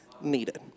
needed